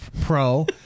Pro